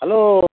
hello